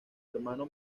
hermano